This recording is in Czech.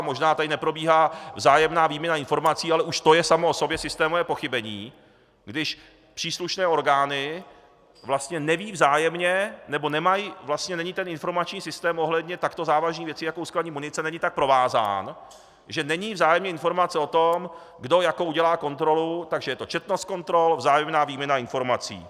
Možná tady neprobíhá vzájemná výměna informací, ale už to je samo o sobě systémové pochybení, když příslušné orgány nevědí vzájemně, nebo není informační systém ohledně takto závažných věcí jako uskladnění munice, není tak provázán, že není vzájemně informace o tom, kdo jakou dělá kontrolu, takže je to četnost kontrol, vzájemná výměna informací.